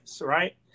right